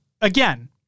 again